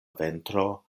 ventro